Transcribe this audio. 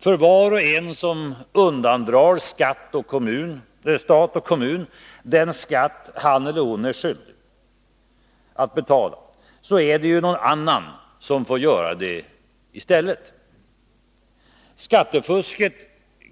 För var och en som undandrar stat och kommun den skatt han eller hon är skyldig att betala är det ju någon annan som får göra det i stället. Skattefusket